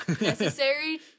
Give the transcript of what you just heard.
necessary